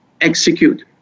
execute